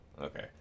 Okay